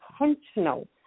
intentional